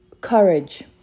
courage